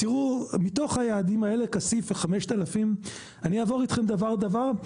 מתוך היעדים האלה כסיף זה 5,000. אני אעבור אתכם דבר-דבר.